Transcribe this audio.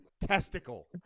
testicle